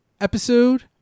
episode